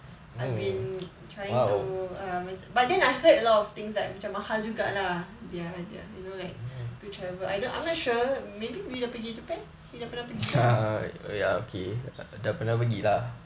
I've been trying to err but then I heard a lot of things like macam mahal juga lah their their you know like to travel I don't I'm not sure maybe bila pergi japan you pernah pergi kan